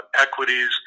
equities